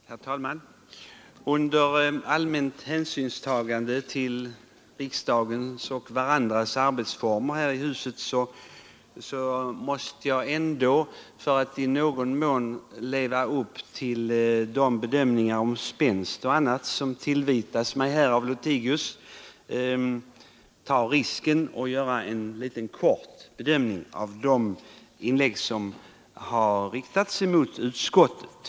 Herr talman! Under allmänt hänsynstagande till riksdagens och varandras arbetsformer måste jag ändå — för att i någon mån leva upp till de bedömningar om spänst och annat som tillvitats mig av herr Lothigius — ta risken att kort kommentera de inlägg som har riktats mot utskottet.